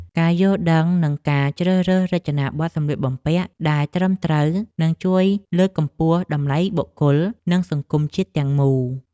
ការយល់ដឹងនិងការជ្រើសរើសរចនាប័ទ្មសម្លៀកបំពាក់ដែលត្រឹមត្រូវនឹងជួយលើកកម្ពស់តម្លៃបុគ្គល និងសង្គមជាតិទាំងមូល។